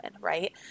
right